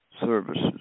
services